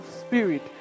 spirit